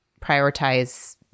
prioritize